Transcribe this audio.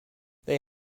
they